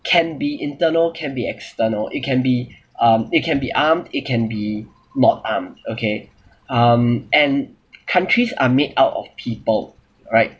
can be internal can be external it can be um it can be armed it can be not armed okay um and countries are made out of people alright